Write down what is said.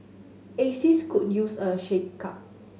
axis could use a shakeup